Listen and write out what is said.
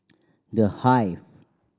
The Hive